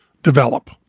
develop